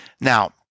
Now